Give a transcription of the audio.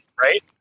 right